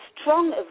strong